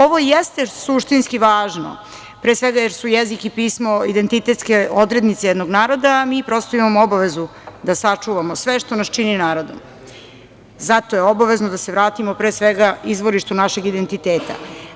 Ovo jeste suštinski važno, pre svega jer su jezik i pismo identitetske odrednice jednog naroda, a mi imamo obavezu da sačuvamo sve što nas čini narodom, zato je obavezno da se vratimo izvorištu našeg identiteta.